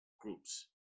groups